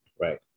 Right